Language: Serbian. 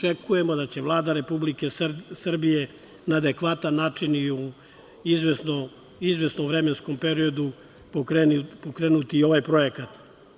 Očekujemo da će Vlada Republike Srbije na adekvatan način i u izvesnom vremenskom periodu pokrenuti i ovaj projekat.